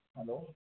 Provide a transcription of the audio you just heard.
hello